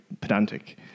pedantic